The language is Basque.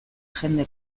jende